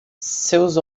seus